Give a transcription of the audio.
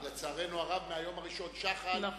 לכל אותם גופים שנתמכים על-ידי משרד